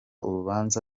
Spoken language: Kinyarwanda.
urubanza